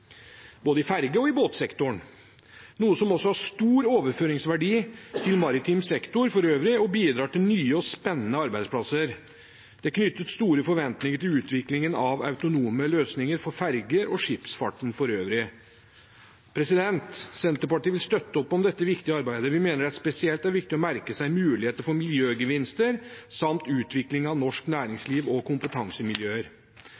i både ferje- og båtsektoren, noe som også har stor overføringsverdi for maritim sektor for øvrig og bidrar til nye og spennende arbeidsplasser. Det er knyttet store forventninger til utviklingen av autonome løsninger for ferjer og skipsfarten for øvrig. Senterpartiet vil støtte opp om dette viktige arbeidet. Vi mener det er spesielt viktig å merke seg mulighetene for miljøgevinster, samt utvikling av norsk